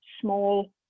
small